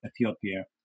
Ethiopia